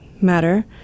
matter